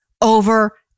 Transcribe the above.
over